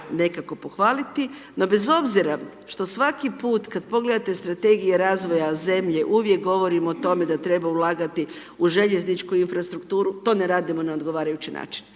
nekako pohvaliti, no bez obzira što svaki put kad pogledate strategije razvoja zemlje, uvijek govorim o tome da treba ulagati u željezničku infrastrukturu, to ne radimo na odgovarajući način.